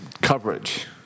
coverage